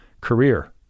career